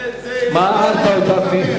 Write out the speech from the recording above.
הערת אותם.